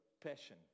passion